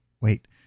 wait